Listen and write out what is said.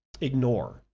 ignore